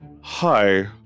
Hi